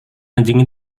anjing